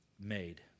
made